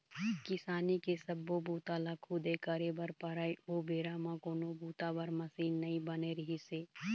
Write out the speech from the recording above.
किसानी के सब्बो बूता ल खुदे करे बर परय ओ बेरा म कोनो बूता बर मसीन नइ बने रिहिस हे